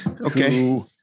Okay